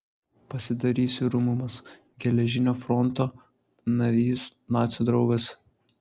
pasidarysiu rumunas geležinio fronto narys nacių draugas